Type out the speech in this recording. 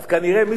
לא קראת ריאיון,